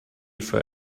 for